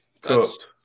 Cooked